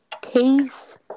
Case